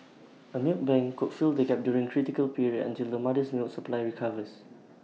A milk bank could fill the gap during the critical period until the mother's milk supply recovers